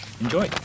Enjoy